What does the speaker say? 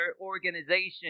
organization